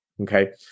Okay